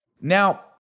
now